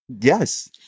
Yes